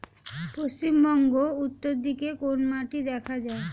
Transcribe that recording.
পশ্চিমবঙ্গ উত্তর দিকে কোন মাটি দেখা যায়?